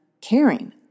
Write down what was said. caring